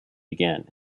began